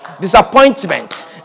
Disappointment